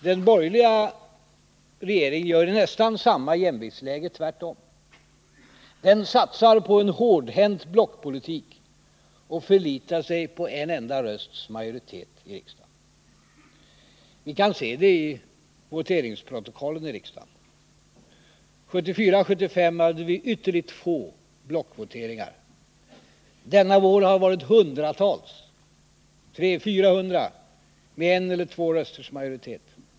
Den borgerliga regeringen gör i nästan samma jämviktsläge tvärtom. Den satsar på en hårdhänt blockpolitik och förlitar sig på en enda rösts majoritet i riksdagen. Vi kan se det i riksdagens voteringsprotokoll. 1974-1975 hade vi mycket få blockvoteringar. Denna vår har det varit hundratals, 300 eller 400, med en eller två rösters majoritet.